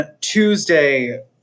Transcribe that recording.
tuesday